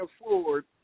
afford